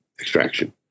extraction